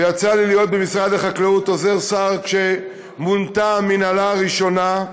יצא לי להיות עוזר שר במשרד החקלאות כשמונתה המינהלה הראשונה,